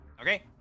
Okay